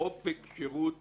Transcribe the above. אופק שירות